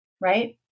right